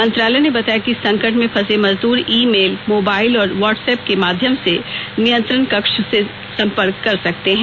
मंत्रालय ने बताया कि संकट में फंसे मजदूर ई मेल मोबाइल और व्हॉटसप के माध्यम से नियंत्रण कक्ष में संपर्क कर सकते हैं